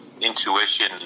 intuition